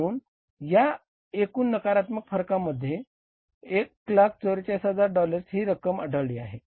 म्हणून या एकूण नकारात्मक फरकामुळे 14400 डॉलर्स ही रक्कम आढळली आहे